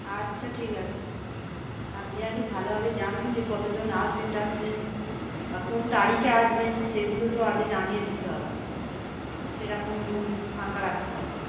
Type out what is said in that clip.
আচ্ছা ঠিক আছে আপনি আগে ভালোভাবে জানুন যে কতজন আসবেন টাসবেন বা কোন তারিখে আসবেন সেগুলো তো আগে জানিয়ে দিতে হবে সেরকম রুম ফাঁকা রাখতে হবে